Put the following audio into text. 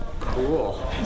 Cool